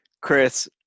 Chris